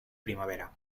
primavera